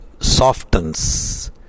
softens